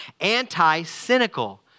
anti-cynical